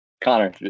Connor